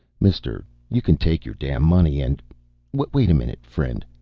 mister, you can take your damn money and wait a minute, friend.